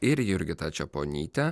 ir jurgita čeponytė